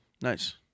Nice